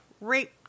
rape